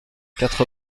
quatre